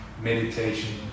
meditation